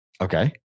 Okay